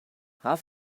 half